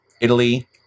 Italy